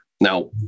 Now